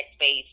space